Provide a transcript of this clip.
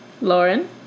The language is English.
Lauren